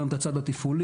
גם את הצד התפעולי,